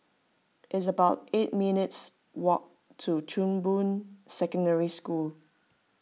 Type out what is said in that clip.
it's about eight minutes' walk to Chong Boon Secondary School